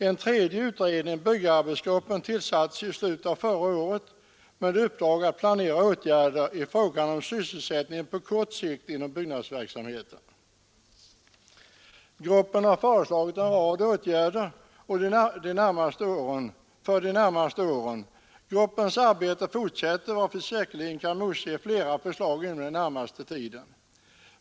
En tredje utredning, byggarbetsgruppen, tillsattes i slutet av förra året med uppdrag att planera åtgärder i fråga om sysselsättningen på kort sikt inom byggnadsverksamheten. Gruppen har föreslagit en rad åtgärder för de närmaste åren. Dess arbete fortsätter, varför vi säkerligen kan motse flera förslag inom den närmaste tiden.